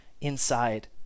inside